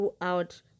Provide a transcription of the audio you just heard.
throughout